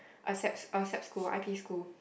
a sap a sap school I P school